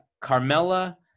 Carmela